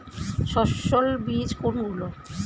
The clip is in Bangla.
সস্যল বীজ কোনগুলো?